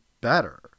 better